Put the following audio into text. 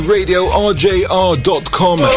RadioRJR.com